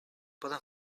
poden